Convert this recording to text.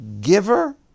giver